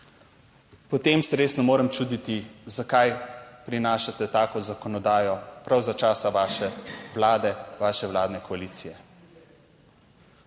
Potem se res ne morem čuditi, zakaj prinašate tako zakonodajo prav za časa vaše Vlade, vaše vladne koalicije.